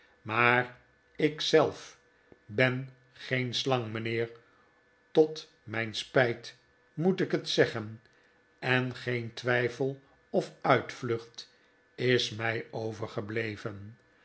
maar ik zelf ben geen slang mijnheer tot mijn spijt moet ik het zeggen en geen twijfel of uitvlucht is mij overgebleven